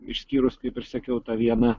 išskyrus kaip ir sakiau tą vieną